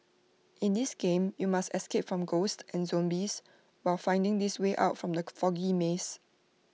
in this game you must escape from ghost and zombies while finding the way out from the foggy maze